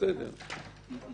אין